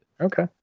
Okay